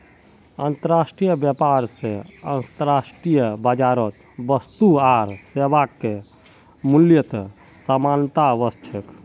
अंतर्राष्ट्रीय व्यापार स अंतर्राष्ट्रीय बाजारत वस्तु आर सेवाके मूल्यत समानता व स छेक